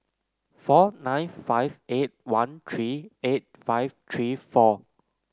four nine five eight one three eight five three four